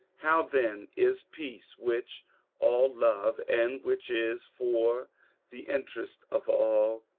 how, then, is peace, which all love, and which is for the interest of all,